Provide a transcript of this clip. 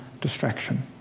distraction